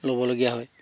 ল'বলগীয়া হয়